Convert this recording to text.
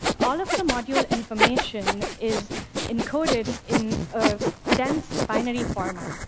all of the module information is encoded in a dense binary format.